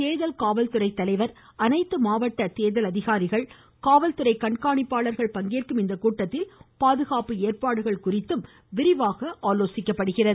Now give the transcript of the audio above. தேர்தல் காவல்துறை தலைவர் அனைத்து மாவட்ட தேர்தல் அதிகாரிகள் காவல்துறை கண்காணிப்பாளர்கள் பங்கேற்கும் இக்கூட்டத்தில் பாதுகாப்பு ஏற்பாடுகள் குறித்து விரிவாக ஆலோசிக்கப்படுகிறது